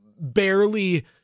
barely